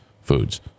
foods